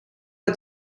had